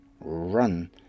run